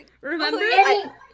remember